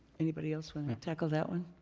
anybody else want to tackle that one?